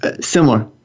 similar